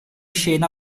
scena